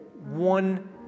one